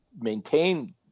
maintain